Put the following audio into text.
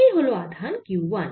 এই হল আধান q 1